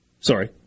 Sorry